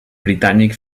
britànic